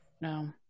No